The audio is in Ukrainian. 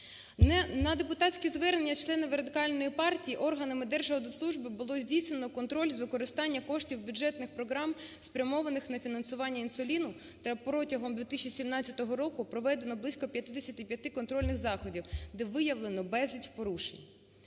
На депутатське звернення членів Радикальної партії органамиДержаудитслужби було здійснено контроль з використання коштів бюджетних програм, спрямованих на фінансування інсуліну, та протягом 2017 року проведено близько 55 контрольних заходів, де виявлено безліч порушень.